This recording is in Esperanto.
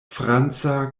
franca